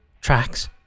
tracks